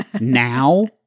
now